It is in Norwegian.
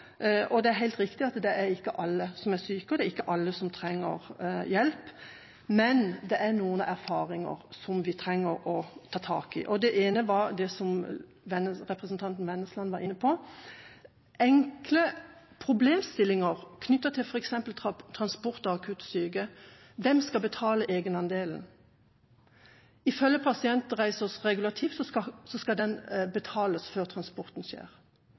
er helt riktig at det ikke er alle som er syke, og det er ikke alle som trenger hjelp, men det er noen erfaringer vi trenger å ta tak i. Det ene er det som representanten Kysnes Vennesland var inne på med hensyn til enkle problemstillinger knyttet til f.eks. transport av akutt syke og hvem som skal betale egenandelen. Ifølge regulativet for pasientreiser skal reisen betales før transporten skjer.